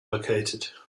located